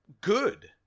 Good